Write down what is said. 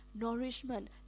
nourishment